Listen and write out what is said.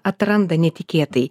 atranda netikėtai